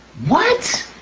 what?